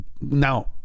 Now